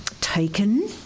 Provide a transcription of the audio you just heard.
taken